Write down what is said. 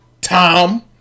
Tom